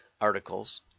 articles